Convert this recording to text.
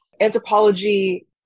anthropology